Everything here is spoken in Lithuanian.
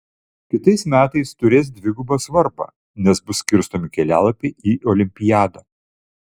kitais metais turės dvigubą svarbą nes bus skirstomi kelialapiai į olimpiadą